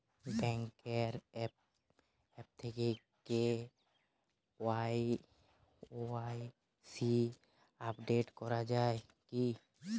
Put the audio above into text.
ব্যাঙ্কের আ্যপ থেকে KYC update করা যায় কি?